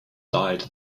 died